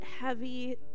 heavy